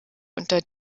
unter